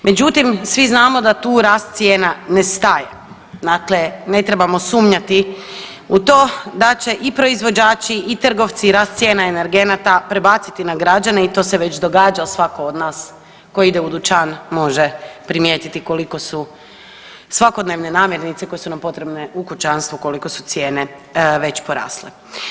Međutim, svi znamo da tu rast cijena ne staje dakle ne trebamo sumnjati u to da će i proizvođači i trgovci rast cijena energenata prebaciti na građane i to se već događa svatko od nas tko ide u dućan može primijetiti koliko su svakodnevne namjernice koje su nam potrebne u kućanstvu koliko su cijene već porasle.